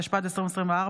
התשפ"ד 2024,